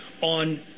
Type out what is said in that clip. on